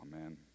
Amen